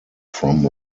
from